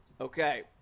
Okay